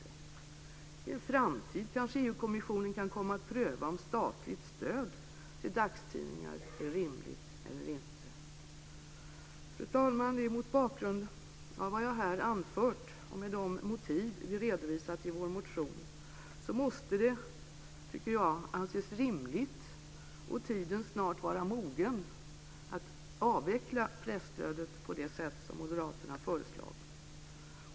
I en framtid kanske EU-kommissionen kan komma att pröva om statligt stöd till dagstidningar är rimligt eller inte. Fru talman! Mot bakgrund av vad jag här anfört och med de motiv vi redovisat i vår motion måste det anses rimligt, och tiden snart vara mogen, att avveckla presstödet på det sätt som Moderaterna har föreslagit.